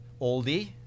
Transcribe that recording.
oldie